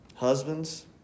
Husbands